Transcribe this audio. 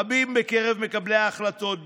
רבים בקרב מקבלי ההחלטות,